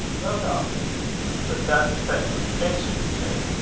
weel, dawvid but that's sanctificaition, ye ken.